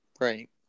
right